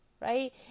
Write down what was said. Right